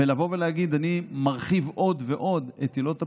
ולבוא ולהגיד: אני מרחיב עוד ועוד את עילות הפסילה,